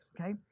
okay